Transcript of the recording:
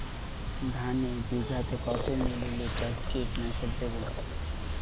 ধানে বিঘাতে কত মিলি লিটার কীটনাশক দেবো?